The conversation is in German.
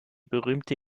berühmte